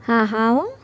હા હા હોં